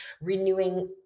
renewing